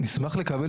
נשמח לקבל